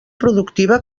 productiva